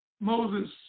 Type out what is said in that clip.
Moses